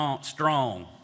strong